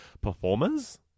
performers